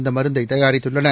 இந்த மருந்தை தயாரித்துள்ளன